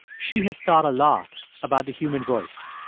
she has thought a lot about the human voice.